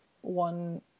one